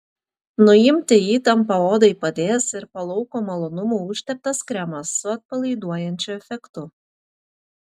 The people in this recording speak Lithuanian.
nuimti įtampą odai padės ir po lauko malonumų užteptas kremas su atpalaiduojančiu efektu